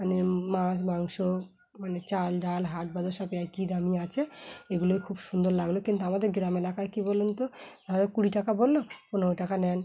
মানে মাছ মাংস মানে চাল ডাল হাট বাজার সব একই দামি আছে এগুলোই খুব সুন্দর লাগলো কিন্তু আমাদের গ্রাম এলাকায় কী বলুন তো হয়ত কুড়ি টাকা বললো পনেরো টাকা নেন